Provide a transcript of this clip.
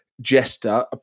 jester